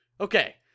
Okay